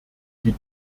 die